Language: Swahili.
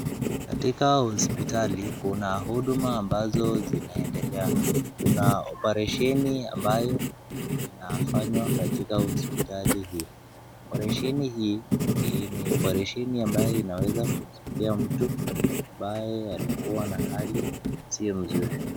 Katika hosipitali kuna huduma ambazo zinaendelea, kuna oparesheni ambayo inafanywa katika hosipitali hii. Operesheni hii ni oparesheni ambayo inaweza kuzuia mtu ambaye alikua na hali isiyo mzuri.